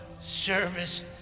service